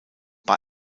bei